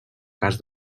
cas